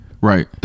right